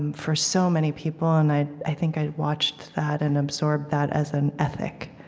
and for so many people, and i i think i watched that and absorbed that as an ethic